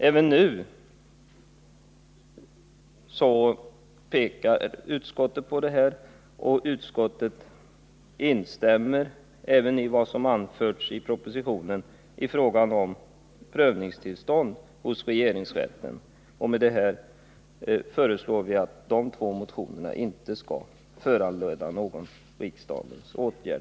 Även nu hänvisar utskottet till dem och instämmer i vad som anförts i propositionen i frågan om prövningstillstånd hos regeringsrätten. Med hänvisning härtill föreslår vi i utskottet att de två motionerna inte skall föranleda någon riksdagens åtgärd.